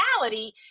reality